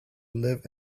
live